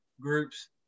groups